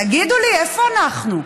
תגידו לי, איפה אנחנו?